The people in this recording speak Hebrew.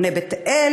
בונה בית-אל